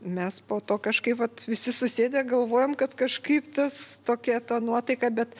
mes po to kažkaip vat visi susėdę galvojam kad kažkaip tas tokia ta nuotaika bet